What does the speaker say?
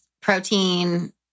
protein